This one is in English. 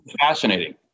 Fascinating